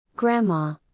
Grandma